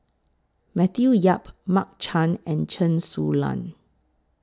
Matthew Yap Mark Chan and Chen Su Lan